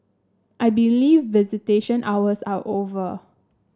I believe visitation hours are over